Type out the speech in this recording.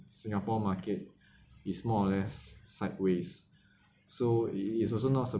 singapore market is more or less sideways so it is also not sur~